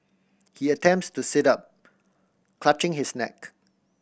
he attempts to sit up clutching his neck